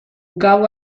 gau